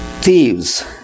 Thieves